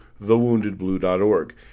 thewoundedblue.org